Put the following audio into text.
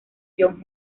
john